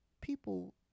people